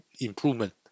improvement